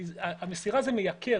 כי המסירה מייקר.